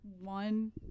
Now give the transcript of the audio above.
one